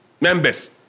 members